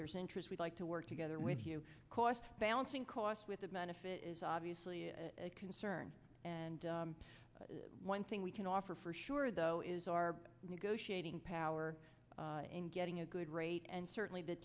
interest we'd like to work together with you cost balancing cost with the man if it is obviously a concern and one thing we can offer for sure though is our negotiating power and getting a good rate and certainly the